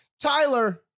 Tyler